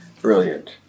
Brilliant